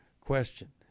question